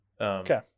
Okay